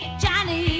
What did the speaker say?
Johnny